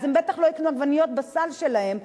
אז הם בטח לא יקנו עגבניות בסל שלהם,